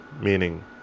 meaning